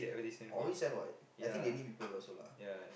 always have what I think they need people also lah